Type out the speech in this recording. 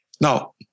Now